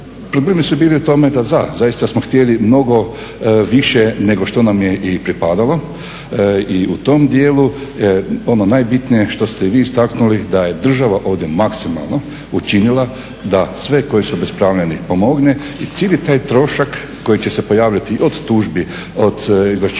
problemi su bili u tome da zaista smo htjeli mnogo više nego što nam je i pripadalo. I u tom dijelu ono najbitnije što ste i vi istaknuli da je država ovdje maksimalno učinila da sve koji su …/Govornik se ne razumije./… pomogne i cijeli taj trošak koji će se pojaviti od tužbi, od …/Govornik